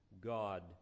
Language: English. God